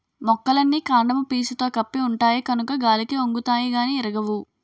మొక్కలన్నీ కాండము పీసుతో కప్పి ఉంటాయి కనుక గాలికి ఒంగుతాయి గానీ ఇరగవు